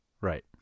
Right